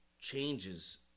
changes